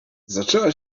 zaczęła